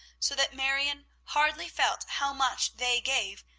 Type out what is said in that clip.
so that marion hardly felt how much they gave,